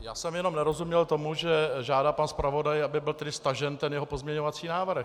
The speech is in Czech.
Já jsem jenom nerozuměl tomu, že žádá pan zpravodaj, aby byl tedy stažen jeho pozměňovací návrh.